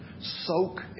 soak